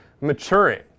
maturing